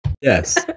yes